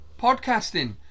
podcasting